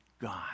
God